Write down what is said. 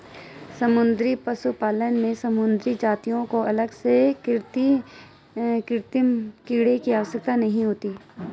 समुद्री पशुपालन में समुद्री प्रजातियों को अलग से कृत्रिम फ़ीड की आवश्यकता नहीं होती